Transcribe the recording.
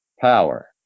power